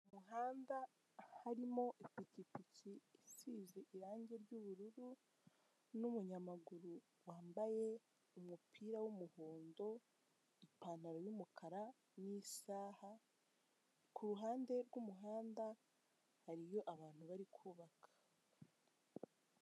Umuhanda harimo ipikipiki isize irange ry'ubururu n'umunyamaguru wambaye umupira w'umuhondo, ipantaro y'umukara n'isaha, ku ruhande rw'umuhanda hariyo abantu bari kubaka.